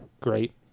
great